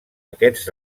aquests